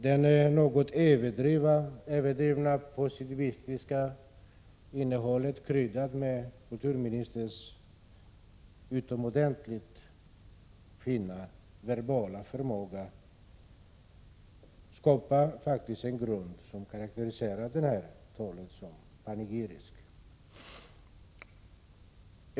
Det något överdrivna positivistiska innehållet kryddat med kulturministerns utomordentligt fina verbala förmåga skapar faktiskt en grund för att karakterisera talet som panegyriskt.